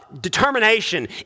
determination